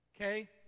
Okay